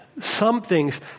Something's